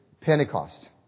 Pentecost